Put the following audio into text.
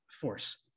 force